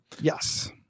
Yes